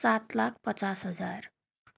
सात लाख पचास हजार